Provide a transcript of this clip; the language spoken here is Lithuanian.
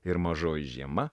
ir mažoji žiema